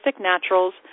Naturals